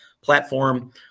platform